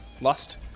Lust